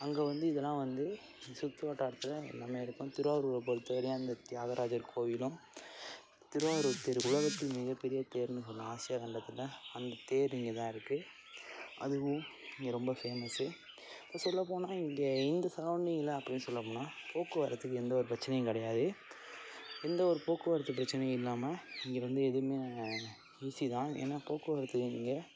அங்கே வந்து இதெல்லாம் வந்து சுற்று வட்டாரத்தில் எல்லாமே இருக்கும் திருவாரூரை பொறுத்த வரையும் அந்த தியாகராஜர் கோவிலும் திருவாரூர் தேர் உலகத்தின் மிகப்பெரிய தேருன்னு சொல்லாம் ஆசியா கண்டத்தில் அந்த தேர் இங்கே தான் இருக்குது அதுவும் இங்கே ரொம்ப ஃபேமஸு இப்போ சொல்லப்போனால் இங்கே இந்த சரௌண்டிங்கில் அப்படின்னு சொல்லப்போனால் போக்குவரத்துக்கு எந்த ஒரு பிரச்சனையும் கிடையாது எந்த ஒரு போக்குவரத்து பிரச்சனையும் இல்லாமல் இங்கே வந்து எதுவுமே ஈஸி தான் ஏன்னா போக்குவரத்து இங்கே